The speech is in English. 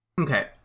Okay